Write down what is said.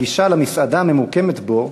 הגישה למסעדה הממוקמת בו,